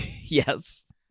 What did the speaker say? Yes